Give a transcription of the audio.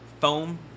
foam